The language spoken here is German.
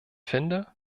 finde